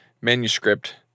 manuscript